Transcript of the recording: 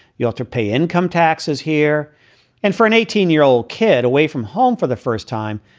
you have to pay income taxes here and for an eighteen year old kid away from home for the first time.